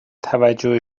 توجه